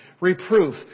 Reproof